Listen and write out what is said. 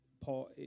Paul